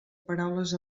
paraules